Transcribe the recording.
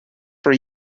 for